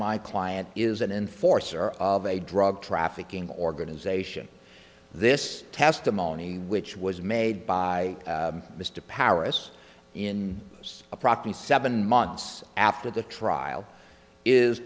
my client is an in force or of a drug trafficking organization this testimony which was made by mr paris in a property seven months after the trial is